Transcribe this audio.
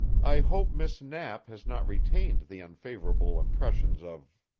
i hope miss knapp has not retained the unfavorable impressions of